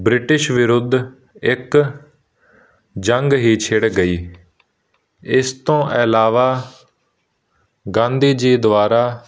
British ਵਿਰੁੱਧ ਇਕ ਜੰਗ ਹੀ ਛਿੜ ਗਈ ਇਸ ਤੋਂ ਇਲਾਵਾ ਗਾਂਧੀ ਜੀ ਦੁਆਰਾ